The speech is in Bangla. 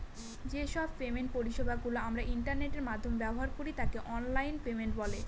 যে সব পেমেন্ট পরিষেবা গুলো আমরা ইন্টারনেটের মাধ্যমে ব্যবহার করি তাকে অনলাইন পেমেন্ট বলে